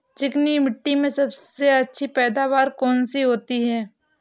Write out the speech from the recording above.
चिकनी मिट्टी में सबसे अच्छी पैदावार कौन सी होती हैं?